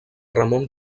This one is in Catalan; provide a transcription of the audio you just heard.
ramon